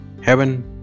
heaven